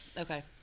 okay